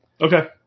Okay